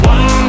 One